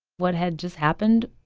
what had just happened